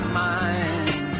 mind